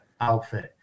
outfit